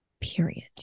period